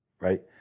right